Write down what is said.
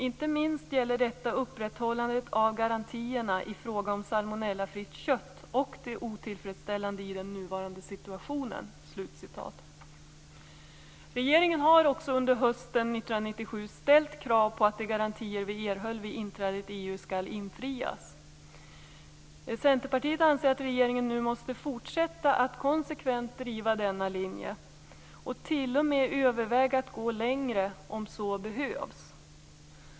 Inte minst gäller detta upprätthållandet av garantierna i fråga om salmonellafritt kött och det otillfredsställande i den nuvarande situationen." Regeringen har under hösten 1997 ställt krav på att de garantier som vi erhöll vid inträdet i EU skall infrias. Vi i Centerpartiet anser att regeringen nu måste fortsätta att konsekvent driva denna linje och t.o.m. överväga att gå längre om så behövs.